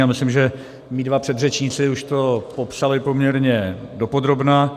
Já myslím, že mí dva předřečníci už to popsali poměrně dopodrobna.